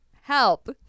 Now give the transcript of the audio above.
help